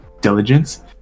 diligence